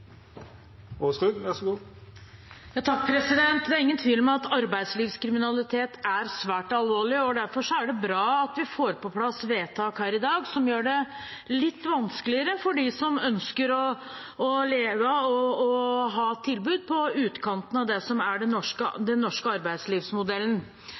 er ingen tvil om at arbeidslivskriminalitet er svært alvorlig. Derfor er det bra at vi får på plass vedtak her i dag som gjør det litt vanskeligere for dem som ønsker å leve av å ha tilbud på utkanten av den norske arbeidslivsmodellen. Jeg lar meg stadig forundre over Lundteigens analyser av hva som er